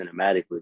cinematically